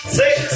six